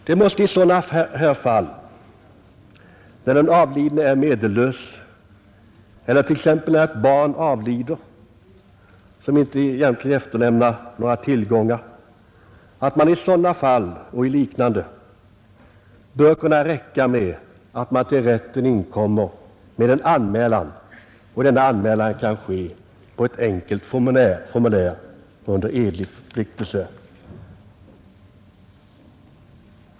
Det bör i sådana fall, när den avlidne är medellös eller när t.ex. ett barn avlider och egentligen inte efterlämnar några tillgångar, kunna räcka med att man till rätten inkommer med en anmälan, och denna anmälan kan ske på ett enkelt formulär under edlig förpliktelse.